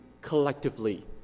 collectively